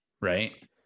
right